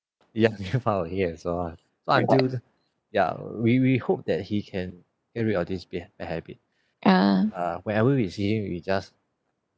ya to make fun of him and so on so until ya we we hope that he can get rid of this bad bad habit uh whenever we see him we just